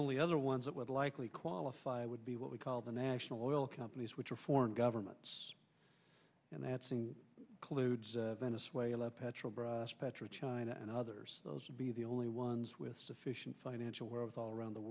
only other ones that would likely qualify would be what we call the national oil companies which are foreign governments and that's clued venezuela petrobras petro china and others those would be the only ones with sufficient financial wherewithal around the